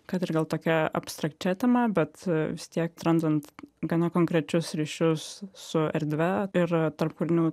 kad ir gal tokia abstrakčia tema bet vis tiek randant gana konkrečius ryšius su erdve ir tarp kūrinių